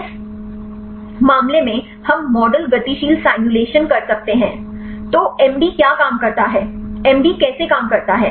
इस मामले में हम मॉडल गतिशील सिमुलेशन कर सकते हैं तो एमडी क्या काम करता है एमडी कैसे काम करता है